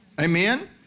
Amen